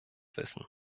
wissen